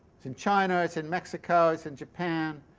in china, it's in mexico, it's in japan,